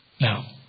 now